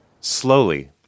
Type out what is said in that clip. Slowly